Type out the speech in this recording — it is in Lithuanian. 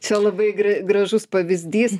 čia labai gražus pavyzdys